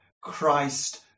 Christ